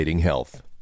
health